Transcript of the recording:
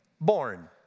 born